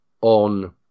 on